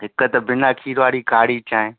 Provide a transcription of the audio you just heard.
हिकु त बिना खीर वारी कारी चांहि